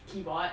keyboard